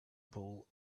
bull